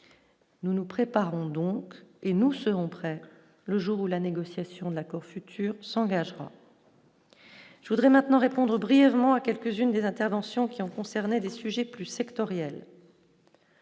nous nous préparons donc et nous serons prêts le jour où la négociation de l'accord futur s'engagera, je voudrais maintenant répondre brièvement à quelques unes des interventions qui ont concerné des sujets plus sectorielles.